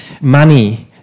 money